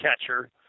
catcher